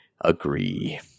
agree